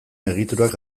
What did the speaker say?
egiturak